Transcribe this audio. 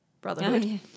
Brotherhood